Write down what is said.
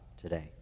today